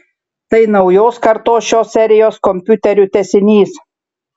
tai naujos kartos šios serijos kompiuterių tęsinys